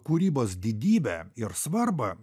kūrybos didybę ir svarbą